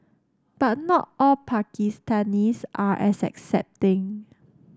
but not all Pakistanis are as accepting